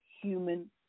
human